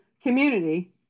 community